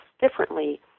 differently